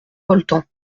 polten